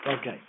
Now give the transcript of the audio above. Okay